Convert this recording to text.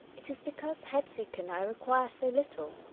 it is because hedvik and i require so little.